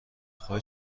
خوای